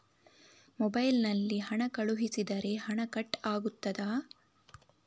Mobile ನಲ್ಲಿ ಹಣ ಕಳುಹಿಸಿದರೆ ಹಣ ಕಟ್ ಆಗುತ್ತದಾ?